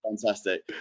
fantastic